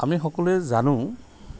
আমি সকলোৱে জানো